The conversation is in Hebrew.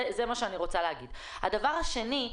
הדבר השני,